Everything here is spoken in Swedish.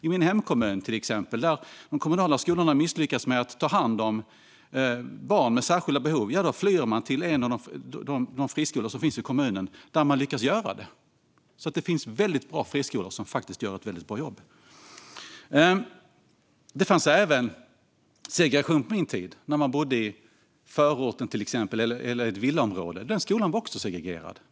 I min hemkommun har de kommunala skolorna till exempel misslyckats med att ta hand om barn med särskilda behov, och då flyr man till de friskolor som finns i kommunen och som lyckas med detta. Det finns alltså väldigt bra friskolor som gör ett mycket bra jobb. Det fanns segregation även på min tid. Man bodde till exempel i förorten eller i ett villaområde, och den skolan var också segregerad.